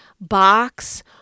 box